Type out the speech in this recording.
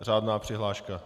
Řádná přihláška.